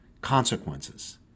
consequences